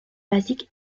basique